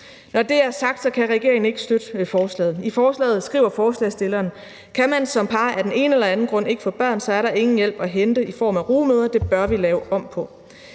Når det er sagt, kan regeringen ikke støtte forslaget. I forslaget skriver forslagsstilleren: »Kan man som par af den ene eller anden grund ikke få børn, så er der ingen hjælp at hente i form af rugemødre. Det bør vi lave om på.«